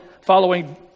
following